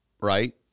right